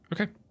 Okay